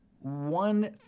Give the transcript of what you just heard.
One